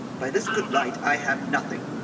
by this good light, i have nothing.